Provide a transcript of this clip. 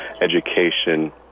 education